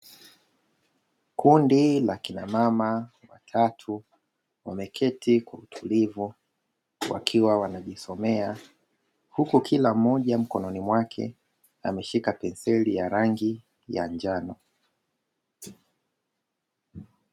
Kundi la kina mama tatu wameketi kumtulivu wakiwa wanajisomea, huku kila mmoja mkononi mwake ameshika betheli ya rangi ya njano.